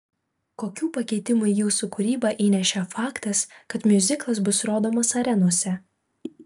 kokių pakeitimų į jūsų kūrybą įnešė faktas kad miuziklas bus rodomas arenose